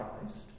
Christ